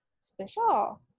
special